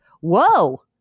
whoa